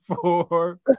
four